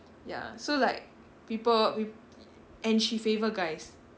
ya so like people and she favour guys